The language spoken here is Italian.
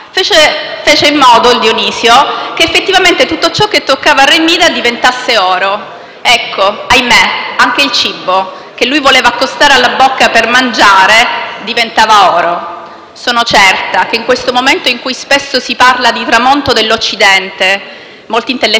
Ahimè: anche il cibo, che lui voleva accostare alla bocca per mangiare, diventava oro. In questo momento in cui spesso si parla di tramonto dell'Occidente - molti intellettuali ne parlano facendo riferimento anche all'Europa - sono certa che lei, il 21 marzo